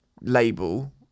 label